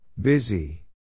Busy